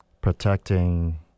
protecting